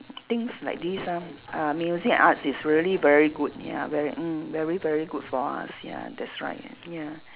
things like this ah ah music and arts is really very good ya very mm very very good for us ya that's right ya